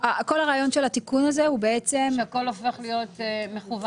כל הרעיון של התיקון הזה הוא בעצם --- שהכל הופך להיות מקוון.